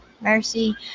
Mercy